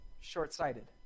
short-sighted